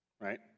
right